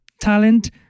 talent